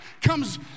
comes